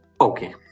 Okay